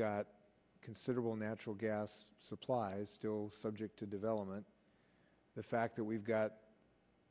got considerable natural gas supplies still subject to development the fact that we've got